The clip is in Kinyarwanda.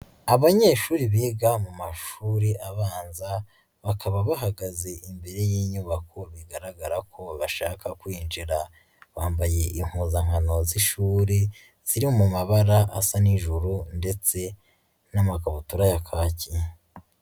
Abanyeshuri biga mu mashuri abanza bakaba bahagaze imbere y'inyubako bigaragara ko bashaka kwinjira, bambaye impuzankano z'ishuri ziri mu mabara asa n'ijuru ndetse n'amakabutura ya kake.